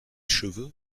cheveux